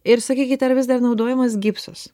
ir sakykit ar vis dar naudojamas gipsas